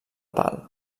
pal